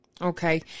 Okay